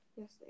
Yes